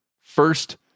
First